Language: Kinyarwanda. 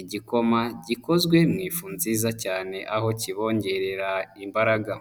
igikoma, gikozwe mu ifu nziza cyane aho kibongerera imbaraga.